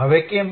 હવે કેમ